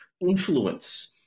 influence